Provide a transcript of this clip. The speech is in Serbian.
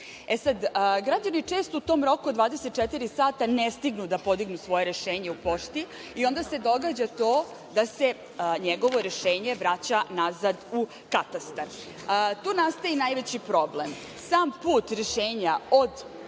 24 sata. Građani često u tom roku od 24 sata ne stignu da podignu svoje rešenje u pošti i onda se događa to da se njegovo rešenje vraća nazad u katastar. Tu nastaje i najveći problem. Sam put rešenja od